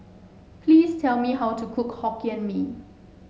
please tell me how to cook Hokkien Mee